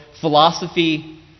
Philosophy